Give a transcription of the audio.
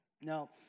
Now